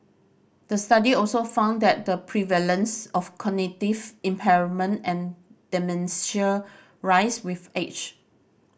the study also found that the prevalence of cognitive impairment and dementia rise with age